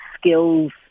skills